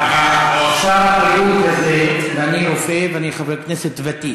שר הבריאות הזה, ואני רופא ואני חבר כנסת ותיק,